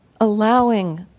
Allowing